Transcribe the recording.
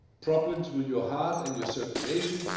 problems with your heart and your circulation,